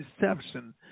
deception